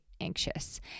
anxious